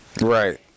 right